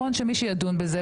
נכון שמי שידון בזה,